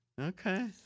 Okay